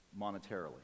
monetarily